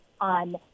on